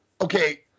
okay